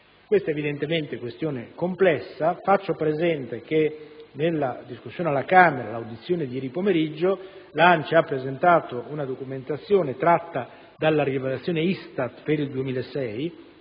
Questa, evidentemente, è questione complessa. Faccio presente che, nell'audizione svoltasi alla Camera ieri pomeriggio, l'ANCI ha presentato una documentazione tratta dalla valutazione ISTAT per il 2006